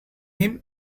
him